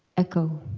echo.